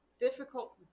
Difficult